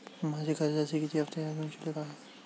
माझे कर्जाचे किती हफ्ते अजुन शिल्लक आहेत?